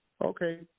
Okay